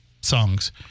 songs